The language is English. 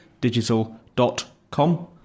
digital.com